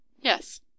Yes